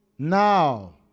Now